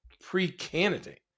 pre-candidate